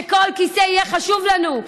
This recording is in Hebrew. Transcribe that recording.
שכל כיסא יהיה חשוב לנו,